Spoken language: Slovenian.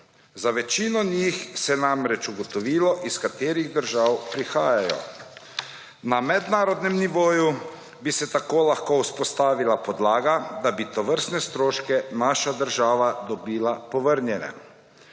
za večino njih je se namreč ugotovilo, iz katerih državah prihajajo. Na mednarodnem nivoju bi se tako lahko vzpostavila podlaga, da bi tovrstne stroške naša država dobila povrnjene.